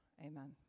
Amen